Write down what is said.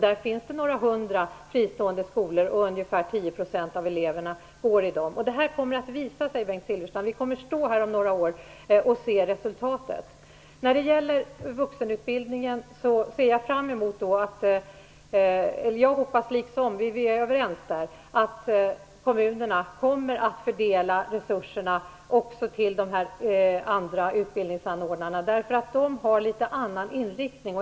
Där finns det några hundra fristående skolor, och ungefär 10 % Det kommer att visa sig, Bengt Silfverstrand. Vi kommer att stå här om några år och se resultatet. Vi är överens när det gäller vuxenutbildningen. Jag hoppas också att kommunerna kommer att fördela resurserna även till de andra utbildningsanordnarna. De har litet annan inriktning.